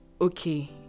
okay